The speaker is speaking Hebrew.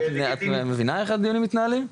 את מבינה איך הדיונים מתנהלים?